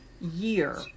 year